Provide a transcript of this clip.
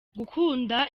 gukunda